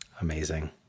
Amazing